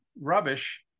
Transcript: rubbish